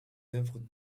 œuvres